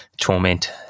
torment